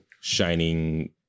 shining